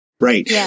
right